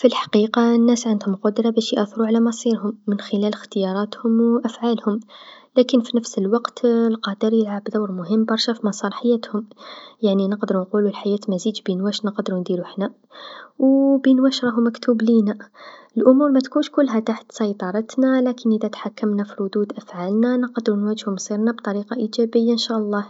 في الحقيقه الناس عندهم قدره باش يأثرو على مصيرهم من خلال إختياراتهم و أفعالهم، لكن في نفس الوقت القدر يلعب دور مهم برشا في مسار حياتهم، يعني نقدرو نقولو الحياة مزيج بين واش نقدرو نديرو حنا و بين واش راهو مكتوب لينا، الأمور متكونش كلها تحت سيطرتنا ، لكن إذا تحكمنا في ردود أفعالنا نقدرو نواجهو مصيرنا بطريقه إيجابيه إنشاء الله.